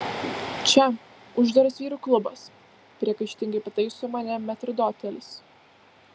čia uždaras vyrų klubas priekaištingai pataiso mane metrdotelis